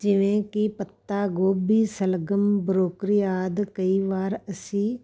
ਜਿਵੇਂ ਕਿ ਪੱਤਾ ਗੋਭੀ ਸ਼ਲਗਮ ਬਰੋਕਰੀ ਆਦਿ ਕਈ ਵਾਰ ਅਸੀਂ